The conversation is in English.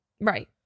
Right